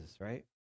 right